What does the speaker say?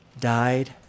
died